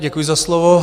Děkuji za slovo.